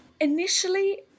Initially